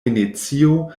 venecio